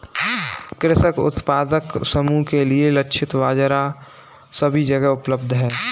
कृषक उत्पादक समूह के लिए लक्षित बाजार सभी जगह उपलब्ध है